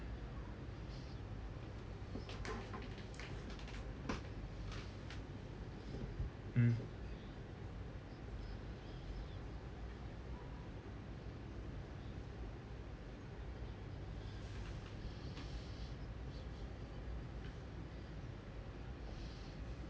mm